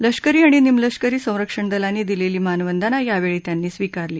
लष्करी आणि निमलष्करी संरक्षण दलांनी दिलेली मानवंदना यावेळी त्यांनी स्विकारली